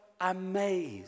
amazed